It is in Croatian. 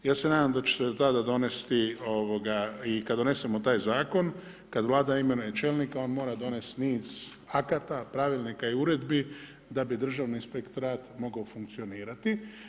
Ja se nadam da ćete do tada donesti i kada donesemo taj zakon kada Vlada imenuje čelnika on mora donesti niz akata, pravilnika i uredbi da bi Državni inspektorat mogao funkcionirati.